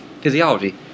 physiology